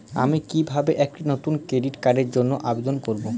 আমি কিভাবে একটি নতুন ডেবিট কার্ডের জন্য আবেদন করব?